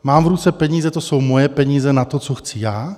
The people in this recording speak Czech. Mám v ruce peníze, to jsou moje peníze na to, co chci já.